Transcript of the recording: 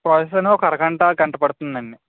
process అండి ఒక అరగంట గంట పడుతుంది అండి